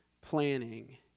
planning